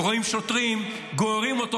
ורואים שוטרים גוררים אותו,